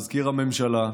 מזכיר הממשלה,